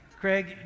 Craig